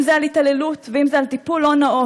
אם זה על התעללות ואם זה על טיפול לא נאות.